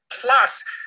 plus